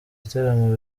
gitaramo